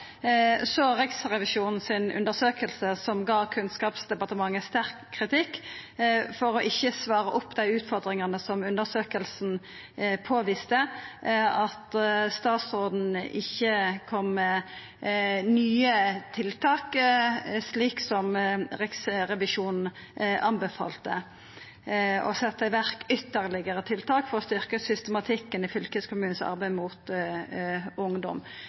så Riksrevisjonen si undersøking, som gav Kunnskapsdepartementet sterk kritikk for ikkje å svara opp dei utfordringane som undersøkinga påviste, og at statsråden ikkje kom med nye tiltak, slik som Riksrevisjonen anbefalte å setja i verk ytterlegare tiltak for å styrkja systematikken i fylkeskommunens arbeid mot ungdom.